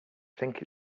think